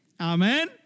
Amen